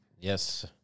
Yes